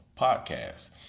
podcast